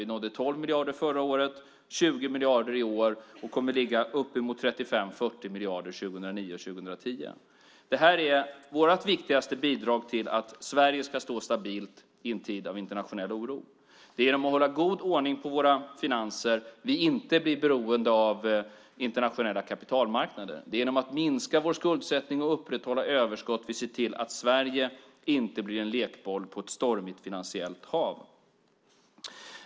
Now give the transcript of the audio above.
Vi nådde 12 miljarder förra året, 20 miljarder i år, och vi kommer att uppnå uppemot 35-40 miljarder 2009 och 2010. Det här är vårt viktigaste bidrag till att Sverige ska stå stabilt i en tid av internationell oro. Genom att hålla god ordning på våra finanser blir vi inte beroende av internationella kapitalmarknader. Genom att minska vår skuldsättning och upprätthålla överskott ser vi till att Sverige inte blir en lekboll på ett stormigt finansiellt hav.